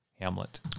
Hamlet